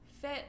fit